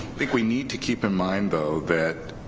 think we need to keep in mind though that